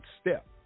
step